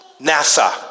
NASA